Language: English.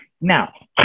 Now